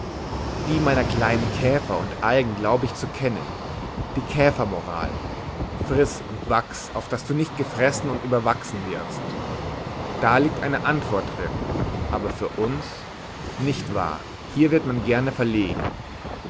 die meiner kleinen käfer und algen glaube ich zu kennen die käfermoral friß und wachs auf daß du nicht gefressen und überwachsen wirst da liegt eine antwort drin aber für uns nicht wahr hier wird man gerne verlegen